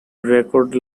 record